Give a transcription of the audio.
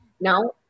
Now